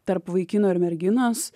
tarp vaikino ir merginos